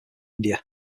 india